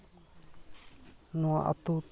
ᱱᱚᱣᱟ ᱟᱛᱳ